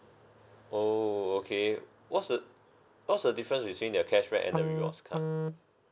oh okay what's the what's the difference between the cashback and rewards card